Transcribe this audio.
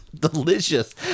Delicious